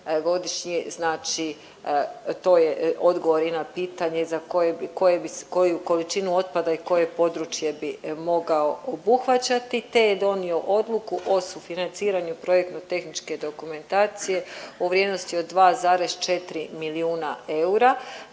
godišnje znači to je odgovor i na pitanje za koje bi, koje, koju količinu otpada i koje područje bi mogao obuhvaćati te je donio odluku o sufinanciranju projektno-tehničke dokumentacije u vrijednosti od 2,4 milijuna eura.